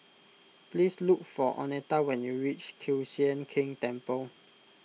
please look for oneta when you reach Kiew Sian King Temple